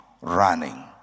running